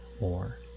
more